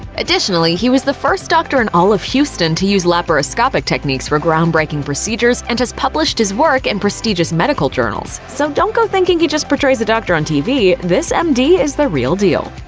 additionally, he was the first doctor in all of houston to use laparoscopic techniques for groundbreaking procedures, and has published his work in prestigious medical journals. so don't go thinking he just portrays a doctor on tv, this m d. is the real deal.